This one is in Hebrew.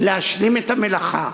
להשלים את המלאכה